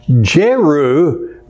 Jeru